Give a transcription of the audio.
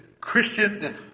Christian